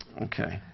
okay.